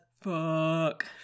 fuck